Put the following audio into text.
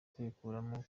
kwikuramo